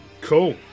Cool